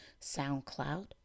SoundCloud